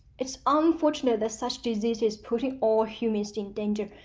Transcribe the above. it's unfortunate that such disease is putting our humans in danger,